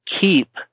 keep